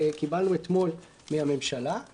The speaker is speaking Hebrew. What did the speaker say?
שקיבלנו אתמול מהממשלה,